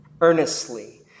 earnestly